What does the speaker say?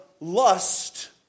lust